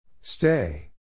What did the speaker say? Stay